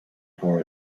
for